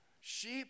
Sheep